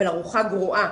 אבל ארוחה גרועה,